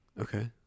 Okay